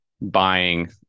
buying